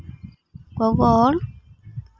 ᱜᱚᱜᱚ ᱦᱚᱲ